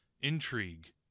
intrigue